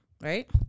Right